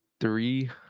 three